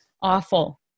awful